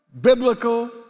biblical